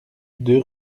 deux